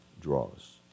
draws